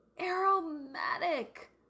aromatic